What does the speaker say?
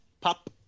pop